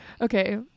okay